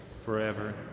forever